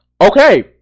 Okay